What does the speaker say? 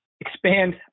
expand